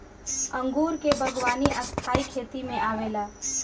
अंगूर के बागवानी स्थाई खेती में आवेला